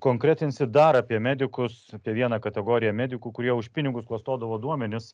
konkretinsit dar apie medikus apie vieną kategoriją medikų kurie už pinigus klastodavo duomenis